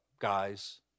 guys